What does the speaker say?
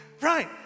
Right